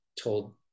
told